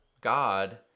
God